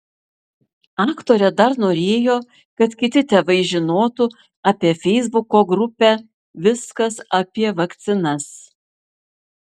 aktorė dar norėjo kad kiti tėvai žinotų apie feisbuko grupę viskas apie vakcinas